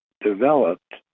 developed